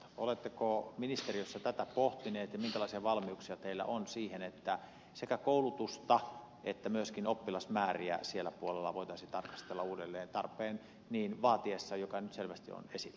oletteko ministeriössä tätä pohtineet ja minkälaisia valmiuksia teillä on siihen että sekä koulutusta että myöskin oppilasmääriä siellä puolella voitaisiin tarkastella uudelleen tarpeen niin vaatiessa joka nyt selvästi on esillä